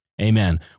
Amen